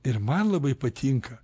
ir man labai patinka